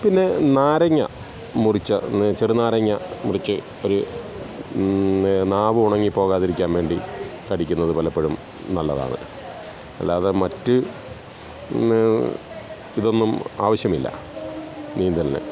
പിന്നെ നാരങ്ങ മുറിച്ച ചെറു നാരങ്ങ മുറിച്ച് ഒര് നാവുണങ്ങിപ്പോകാതിരിക്കാൻ വേണ്ടി കടിക്കുന്നത് പലപ്പഴും നല്ലതാണ് അല്ലാതെ മറ്റ് ഇതൊന്നും ആവശ്യമില്ല നീന്തലിന്